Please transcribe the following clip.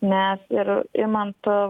nes ir imant